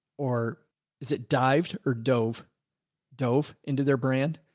or is it dived or dove dove into their brand,